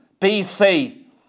BC